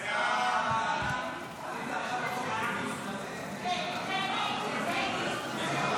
ההצעה להעביר את הצעת חוק העונשין (תיקון,